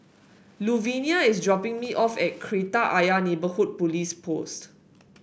Luvinia is dropping me off at Kreta Ayer Neighbourhood Police Post